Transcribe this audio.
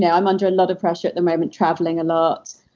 yeah i'm under a and lot of pressure at the moment traveling a lot.